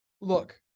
look